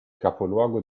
capoluogo